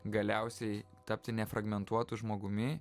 galiausiai tapti nefragmentuotu žmogumi